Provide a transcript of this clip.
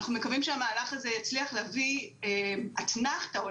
אנחנו מקווים שהמהלך יצליח להביא אתנחתא או,